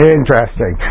Interesting